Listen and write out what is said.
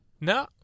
No